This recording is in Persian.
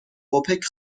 اوپک